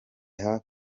hafi